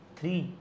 three